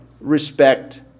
respect